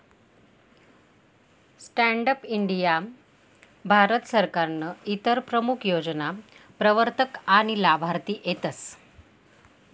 stand up India Bharat सरकारनं इतर प्रमूख योजना प्रवरतक आनी लाभार्थी सेतस